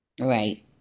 Right